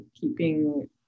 keeping